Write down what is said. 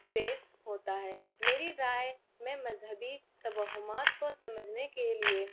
سے ہوتا ہے میری رائے میں مذہبی توہمات کو سمجھنے کے لیے